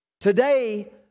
Today